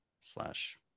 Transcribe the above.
slash